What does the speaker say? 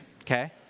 okay